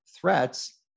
threats